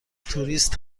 توریست